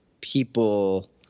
people –